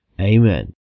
Amen